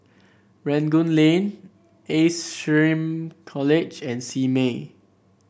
Rangoon Lane Ace SHRM College and Simei